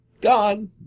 gone